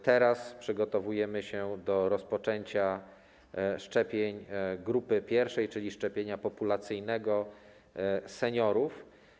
Teraz przygotowujemy się do rozpoczęcia szczepień grupy pierwszej, czyli szczepienia populacyjnego seniorów.